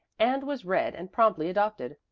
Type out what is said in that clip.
and was read and promptly adopted.